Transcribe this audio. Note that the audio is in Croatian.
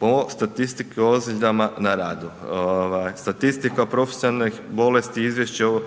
po statistiki o ozljedama na radu, ovaj statistika profesionalnih bolesti profesionalnih